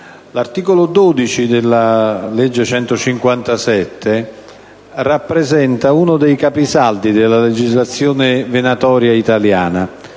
l'articolo 12 della legge n. 157 del 1992 rappresenta uno dei capisaldi della legislazione venatoria italiana,